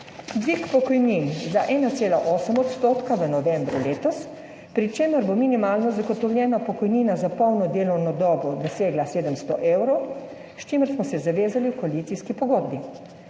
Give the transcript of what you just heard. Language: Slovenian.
dvig pokojnin za 1,8 % v novembru letos, pri čemer bo minimalno zagotovljena pokojnina za polno delovno dobo dosegla 700 evrov, s čimer smo se zavezali v koalicijski pogodbi.